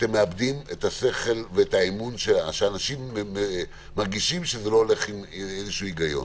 אתם מאבדים את האמון שאנשים מרגישים שזה לא הולך עם איזשהו היגיון.